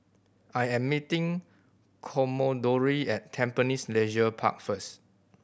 I am meeting Commodore at Tampines Leisure Park first